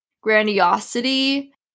grandiosity